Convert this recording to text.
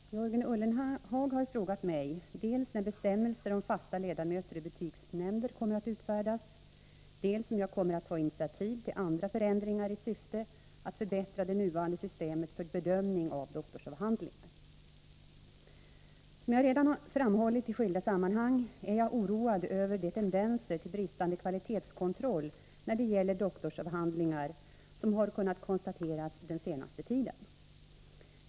Herr talman! Jörgen Ullenhag har frågat mig dels när bestämmelser om fasta ledamöter i betygsnämnder kommer att utfärdas, dels om jag kommer att ta initiativ till andra förändringar i syfte att förbättra det nuvarande systemet för bedömning av doktorsavhandlingar. Som jag redan framhållit i skilda sammanhang är jag oroad över de tendenser till bristande kvalitetskontroll när det gäller doktorsavhandlingar som har kunnat konstateras den senaste tiden.